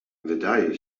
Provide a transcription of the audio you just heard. wydaje